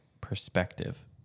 perspective